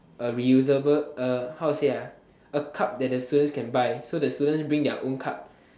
a reusable uh how to say ah a cup that the students can buy so the students bring their own cup